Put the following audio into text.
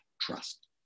trust